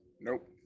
Nope